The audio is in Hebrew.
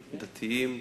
דתיים,